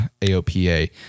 AOPA